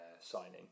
signing